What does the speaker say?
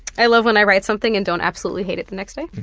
i love when i write something and don't absolutely hate it the next day.